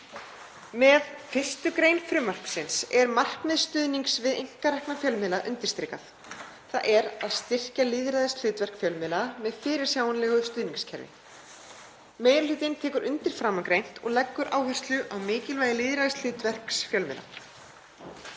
Með 1. gr. frumvarpsins er markmið stuðnings við einkarekna fjölmiðla undirstrikað, þ.e. að styrkja lýðræðishlutverk fjölmiðla með fyrirsjáanlegu stuðningskerfi. Meiri hlutinn tekur undir framangreint og leggur áherslu á mikilvægi lýðræðishlutverks fjölmiðla.